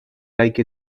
like